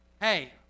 Hey